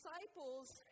disciples